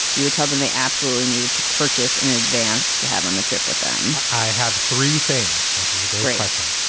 you would tell them they absolutely needed to purchase an advance to have on the trip with them i have three things. this is a great great nation.